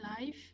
life